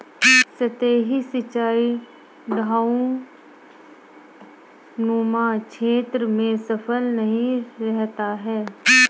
सतही सिंचाई ढवाऊनुमा क्षेत्र में सफल नहीं रहता है